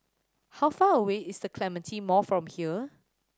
how far away is The Clementi Mall from here